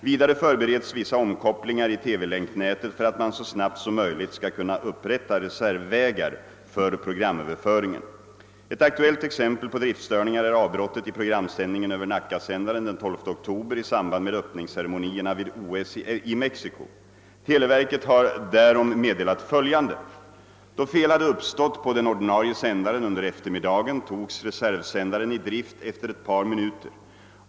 Vidare förbereds vissa omkopplingar i TV-länknätet för att man så snabbt som möjligt skall kunna upprätta reservvägar för programöverföringen. Ett aktuellt exempel på driftstörningar är avbrottet i programsändningen över Nackasändaren den 12 oktober i samband med öppningsceremonierna vid OS i Mexico. Televerket har därom meddelat följande. Då fel hade uppstått på den ordinarie sändaren under eftermiddagen togs reservsändaren i drift efter ett par minuter.